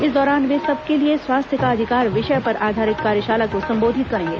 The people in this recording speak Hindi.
इस दौरान वे सबके लिए स्वास्थ्य का अधिकार विषय पर आधारित कार्यशाला को संबोधित करेंगे